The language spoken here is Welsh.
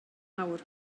awr